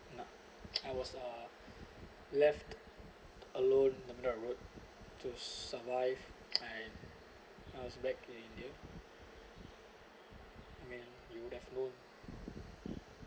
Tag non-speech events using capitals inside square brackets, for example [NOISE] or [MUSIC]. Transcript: [NOISE] I was uh left alone the middle of road to survive when I was back in India I mean you would have known